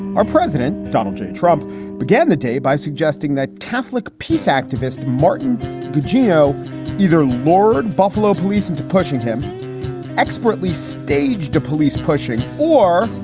our president, donald j. trump began the day by suggesting that catholic peace activist martin gugino either lord buffalo police into pushing him expertly staged a police pushing for.